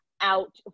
out